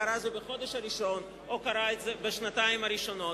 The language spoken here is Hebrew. קרה זה בחודש הראשון או קרה זה בשנתיים הראשונות.